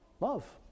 love